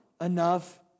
enough